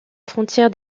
frontière